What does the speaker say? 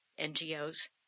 NGOs